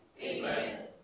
Amen